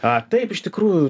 a taip iš tikrųjų